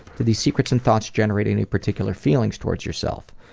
do these secrets and thoughts generate any particular feelings towards yourself?